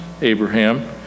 Abraham